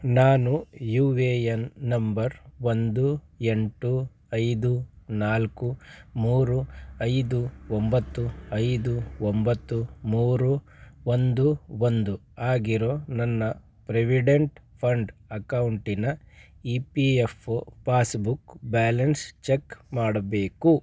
ನಾನು U A N number ಒಂದು ಎಂಟು ಐದು ನಾಲ್ಕು ಮೂರು ಐದು ಒಂಬತ್ತು ಐದು ಒಂಬತ್ತು ಮೂರು ಒಂದು ಒಂದು ಆಗಿರೋ ನನ್ನ ಪ್ರೆವಿಡೆಂಟ್ ಫಂಡ್ ಅಕೌಂಟಿನ E P F O passbook balance check ಮಾಡಬೇಕು